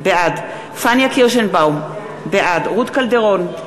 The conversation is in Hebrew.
בעד פניה קירשנבאום, בעד רות קלדרון,